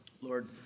Lord